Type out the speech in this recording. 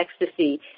ecstasy